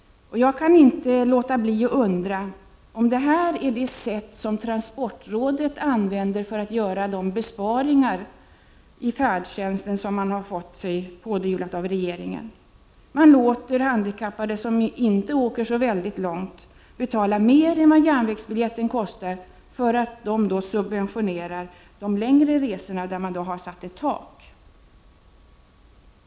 Jag kan inte låta bli att undra om detta är det sätt som transportrådet använder för att göra de besparingar i färdtjänsten som man fått sig pådyvlade av regeringen. Man låter handikappade som inte åker särskilt långt betala mer än vad järnvägsbiljetten kostar för att på så sätt subventionera de längre resorna, där man satt ett tak.